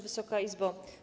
Wysoka Izbo!